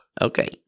Okay